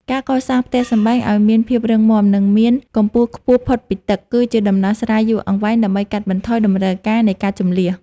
ការកសាងផ្ទះសម្បែងឱ្យមានភាពរឹងមាំ និងមានកម្ពស់ខ្ពស់ផុតពីទឹក គឺជាដំណោះស្រាយយូរអង្វែងដើម្បីកាត់បន្ថយតម្រូវការនៃការជម្លៀស។